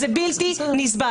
זה דבר בלתי נסבל.